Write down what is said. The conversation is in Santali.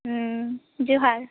ᱡᱚᱦᱟᱨ